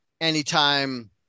anytime